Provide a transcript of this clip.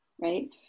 right